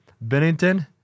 Bennington